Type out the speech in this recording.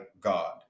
God